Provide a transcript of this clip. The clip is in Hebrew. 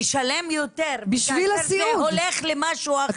לשלם יותר כאשר זה הולך למשהו אחר ---.